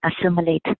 assimilate